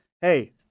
Hey